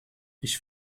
ich